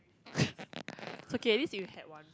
it's okay at least you had one